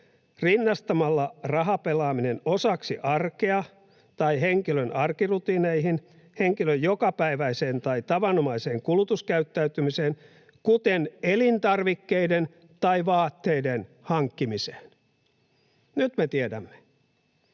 ”rinnastamalla rahapelaaminen osaksi arkea tai henkilön arkirutiineihin, henkilön jokapäiväiseen tai tavanomaiseen kulutuskäyttäytymiseen, kuten elintarvikkeiden tai vaatteiden hankkimiseen”. Nyt me tiedämme,